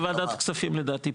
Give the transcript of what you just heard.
בוועדת כספים לדעתי,